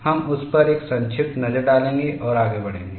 हम उस पर एक संक्षिप्त नज़र डालेंगे और आगे बढ़ेंगे